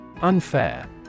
Unfair